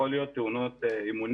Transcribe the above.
לישראל יכולות להיות תאונות אימונים.